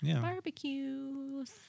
barbecues